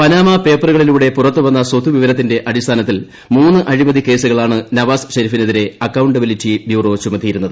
Panama പേപ്പറുകളിലൂടെ പുറത്ത് വന്ന സ്വത്തൂവിവരത്തിന്റെ അടിസ്ഥാനത്തിൽ മൂന്ന് അഴിമതി കേസുകളാണ് നവാസ് ഷെരീഫിനെതിരെ അക്കൌ ബിലിറ്റി ബ്യൂറോ ചുമത്തിയിരുന്നത്